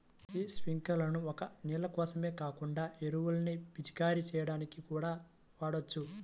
యీ స్పింకర్లను ఒక్క నీళ్ళ కోసమే కాకుండా ఎరువుల్ని పిచికారీ చెయ్యడానికి కూడా వాడొచ్చు